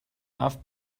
off